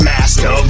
Master